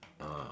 ah